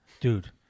Dude